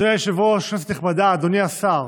אדוני היושב-ראש, כנסת נכבדה, אדוני השר,